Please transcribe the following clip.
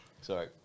Sorry